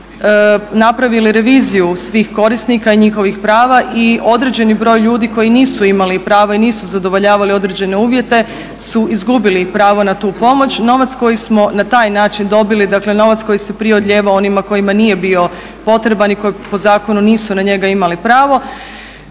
skrb napravili reviziju svih korisnika i njihovih prava i određeni broj ljudi koji nisu imali prava i nisu zadovoljavali određene uvjete su izgubili pravo na tu pomoć. Novac koji smo na taj način dobili, dakle novac koji se prije odlijevao onima kojima nije bio potreban i koji po zakonu nisu na njega imali pravo,